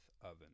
oven